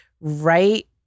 right